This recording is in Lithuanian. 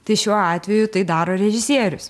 tai šiuo atveju tai daro režisierius